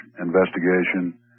Investigation